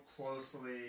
closely